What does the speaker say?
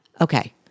Okay